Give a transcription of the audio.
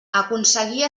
aconseguir